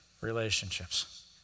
relationships